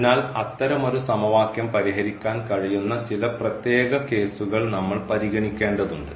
അതിനാൽ അത്തരമൊരു സമവാക്യം പരിഹരിക്കാൻ കഴിയുന്ന ചില പ്രത്യേക കേസുകൾ നമ്മൾ പരിഗണിക്കേണ്ടതുണ്ട്